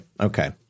Okay